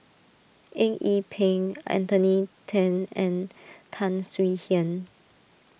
Eng Yee Peng Anthony then and Tan Swie Hian